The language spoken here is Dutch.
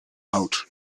houdt